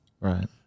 right